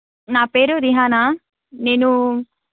నా పేరు రిహానా నేను